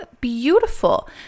beautiful